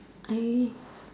I